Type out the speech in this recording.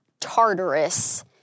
Tartarus